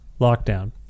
lockdown